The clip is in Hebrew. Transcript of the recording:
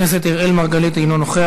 חבר הכנסת אראל מרגלית, אינו נוכח.